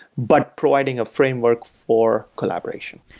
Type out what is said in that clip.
but providing a framework for collaboration.